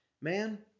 man